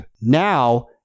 Now